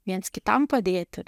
viens kitam padėti